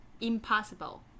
impossible